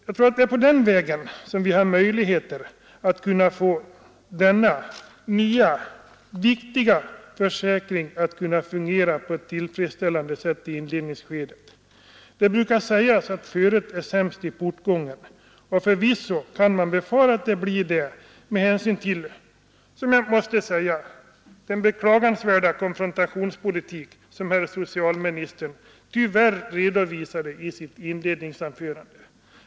Jag tror att det är på den vägen vi har möjligheter att få denna nya, viktiga försäkring att fungera på ett tillfredsställande sätt i inledningsskedet. Det brukar sägas att föret är sämst i portgången, och förvisso kan man befara att det blir det med tanke på den beklagliga konfrontationspolitik som herr socialministern tyvärr redovisade i sitt inledningsanförande.